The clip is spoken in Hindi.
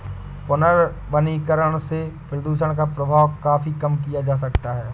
पुनर्वनीकरण से प्रदुषण का प्रभाव काफी कम किया जा सकता है